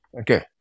Okay